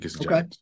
Okay